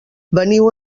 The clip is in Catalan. veniu